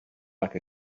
like